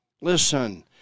Listen